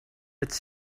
its